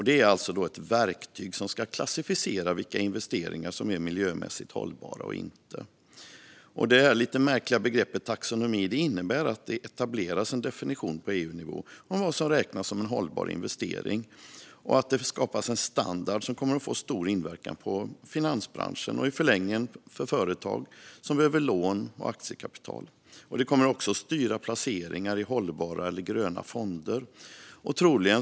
Det är ett verktyg som ska klassificera vilka investeringar som är miljömässigt hållbara och inte. Det lite märkliga begreppet taxonomi innebär att det etableras en definition på EU-nivå av vad som räknas som en hållbar investering och att det skapas en standard som kommer att få stor inverkan på finansbranschen - och i förlängningen företag som behöver lån och aktiekapital. Det kommer också att styra placeringar i hållbara eller gröna fonder.